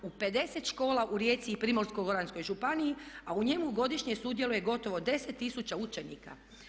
U 50 škola u Rijeci i Primorsko-goranskoj županiji, a u njemu godišnje sudjeluje gotovo 10000 učenika.